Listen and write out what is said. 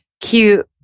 cute